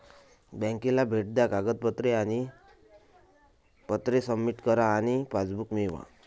बँकेला भेट द्या कागदपत्रे आणि पत्रे सबमिट करा आणि पासबुक मिळवा